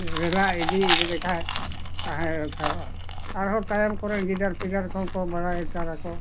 ᱨᱮᱞᱟ ᱤᱫᱤ ᱞᱮᱠᱷᱟᱱ ᱛᱟᱦᱮᱸ ᱩᱛᱟᱹᱨᱚᱜᱼᱟ ᱟᱨᱦᱚᱸ ᱛᱟᱭᱚᱢ ᱠᱚᱨᱮᱱ ᱜᱤᱫᱟᱹᱨ ᱯᱤᱫᱟᱹᱨ ᱠᱚᱦᱚᱸ ᱠᱚ ᱵᱟᱲᱟᱭ ᱩᱛᱟᱹᱨᱟᱠᱚ